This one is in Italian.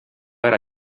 era